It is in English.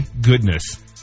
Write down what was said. goodness